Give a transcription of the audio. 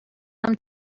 them